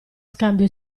scambio